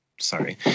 sorry